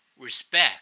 respect